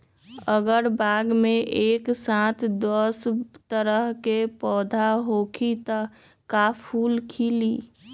अगर बाग मे एक साथ दस तरह के पौधा होखि त का फुल खिली?